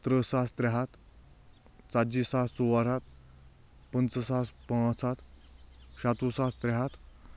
تٕرٛہ ساس ترٛےٚ ہَتھ ژتجی ساس ژور ہَتھ پٕنٛژٕہ ساس پانٛژھ ہتھ شَتوُہ ساس ترٛےٚ ہَتھ